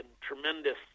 tremendous